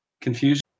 Confusion